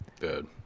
Good